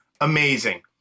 Amazing